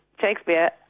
Shakespeare